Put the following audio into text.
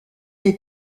est